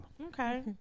Okay